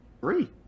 three